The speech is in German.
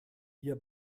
ihr